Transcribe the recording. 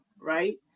right